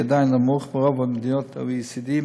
והוא עדיין נמוך מרוב מדינות ה-OECD,